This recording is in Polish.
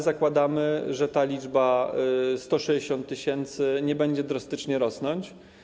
Zakładamy, że ta liczba 160 tys. nie będzie drastycznie rosnąć.